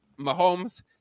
Mahomes